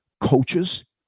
coaches